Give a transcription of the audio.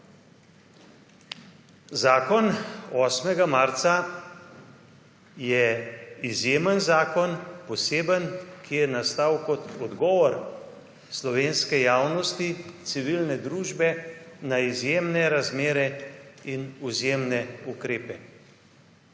Zakon 8. marec, je izjemen zakon, poseben, ki je nastal kot odgovor slovenske javnosti, civilne družbe na izjemne razmere in izjemne ukrepe.